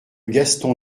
gaston